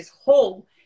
whole